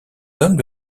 hommes